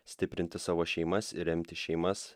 stiprinti savo šeimas ir remti šeimas